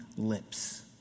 lips